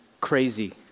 crazy